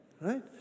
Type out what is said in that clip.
Right